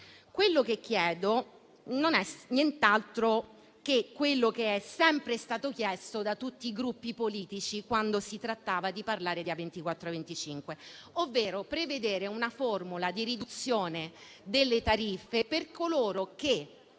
quello che chiedo non è altro che ciò che è sempre stato chiesto da tutti i Gruppi politici quando si parlava di A24 e A25, ovvero di prevedere una formula di riduzione delle tariffe per coloro che,